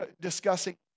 discussing